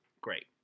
great